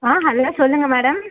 ஆ hello சொல்லுங்கள் madam